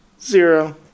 zero